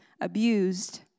abused